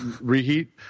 Reheat